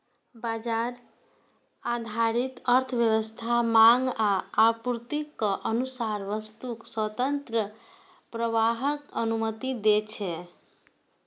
बाजार आधारित अर्थव्यवस्था मांग आ आपूर्तिक अनुसार वस्तुक स्वतंत्र प्रवाहक अनुमति दै छै